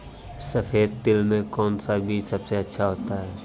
सफेद तिल में कौन सा बीज सबसे अच्छा होता है?